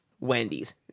wendy's